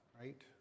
right